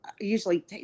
usually